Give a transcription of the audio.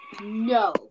No